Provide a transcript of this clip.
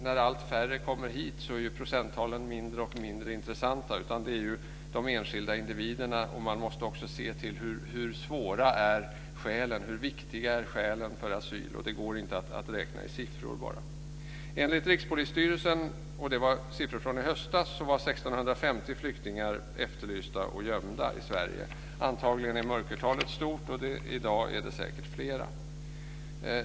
När allt färre kommer hit är procenttalen mindre och mindre intressanta. Det är de enskilda individerna som räknas. Man måste också se till hur svåra och viktiga skälen är för asyl. Det går inte att räkna bara i siffror. 1 650 flyktingar efterlysta och gömda i Sverige. Antagligen är mörkertalet stort, och i dag är det säkert flera.